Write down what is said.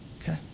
Okay